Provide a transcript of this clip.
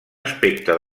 aspecte